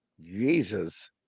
Jesus